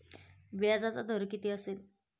व्याजाचा दर किती असेल?